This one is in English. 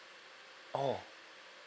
oh